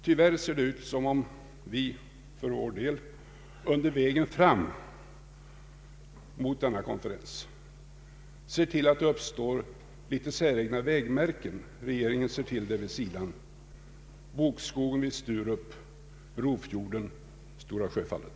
Tyvärr ser det ut som om regeringen under vägen fram mot denna konferens ser till att det uppstår litet säregna vägmärken vid sidan, nämligen bokskogen i Sturup, Brofjorden och Stora Sjöfallet.